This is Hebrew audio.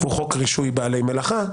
והוא חוק רישוי בעלי מלאכה.